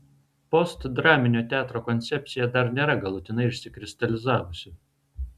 postdraminio teatro koncepcija dar nėra galutinai išsikristalizavusi